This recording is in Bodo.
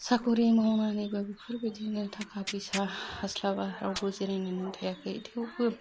साख'रि मावनानैबो बेफोरबायदिनो थाखा फैसा हास्लाबा रावबो जिरायनानै थायाखै थेवबो